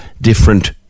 different